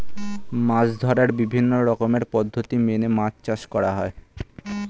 মাছ ধরার বিভিন্ন রকমের পদ্ধতি মেনে মাছ চাষ করা হয়